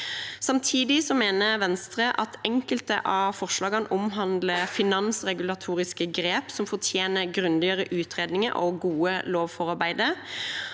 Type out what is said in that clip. Samtidig mener Venstre at enkelte av forslagene omhandler finansregulatoriske grep som fortjener grundige utredninger og gode lovforarbeider.